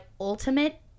ultimate